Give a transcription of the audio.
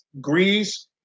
Greece